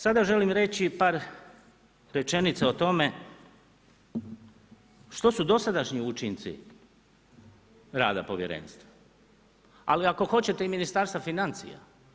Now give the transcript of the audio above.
Sada želim reći par rečenica o tome, što su dosadašnji učinci rada povjerenstva, ali ako hoćete i Ministarstva financija.